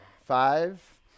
Five